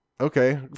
Okay